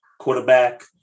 quarterback